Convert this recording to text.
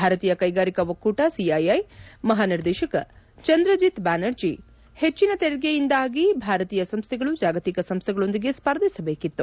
ಭಾರತೀಯ ಕೈಗಾರಿಕಾ ಒಕ್ಕೂಟ ಸಿಐಐ ಮಹಾನಿರ್ದೇತಕ ಚಂದ್ರಜಿತ್ ಬ್ವಾನರ್ಜಿ ಹೆಚ್ಚಿನ ತೆರಿಗೆಯಿಂದಾಗಿ ಭಾರತೀಯ ಸಂಸ್ಥೆಗಳು ಜಾಗತಿಕ ಸಂಸ್ಥೆಗಳೊಂದಿಗೆ ಸ್ಪರ್ಧಿಸಬೇಕಿತ್ತು